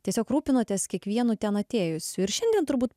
tiesiog rūpinotės kiekvienu ten atėjusiu ir šiandien turbūt